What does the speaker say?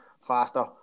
faster